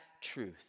truth